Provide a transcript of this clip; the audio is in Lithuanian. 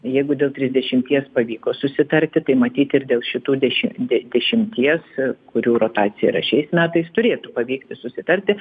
jeigu dėl trisdešimties pavyko susitarti tai matyt ir dėl šitų dešim de dešimties kurių rotacija yra šiais metais turėtų pavykti susitarti